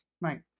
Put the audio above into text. right